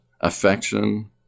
affection